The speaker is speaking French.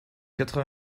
quatre